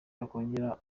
yakongera